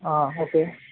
ஆ okay